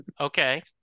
okay